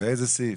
באיזה סעיף?